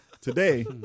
Today